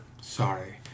Sorry